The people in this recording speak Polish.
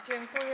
Dziękuję.